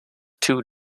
two